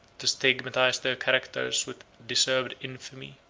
to stigmatize their characters with deserved infamy,